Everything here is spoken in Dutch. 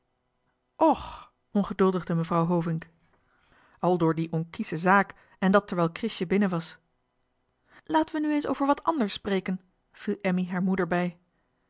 och ongeduldigde mevrouw hovink aldoor die onkiesche zaak en dat terwijl krisje binnen was laten we nu eens over wat anders spreken viel emmy haar moeder bij